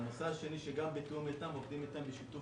הנושא השני, עובדים אתנו בשיתוף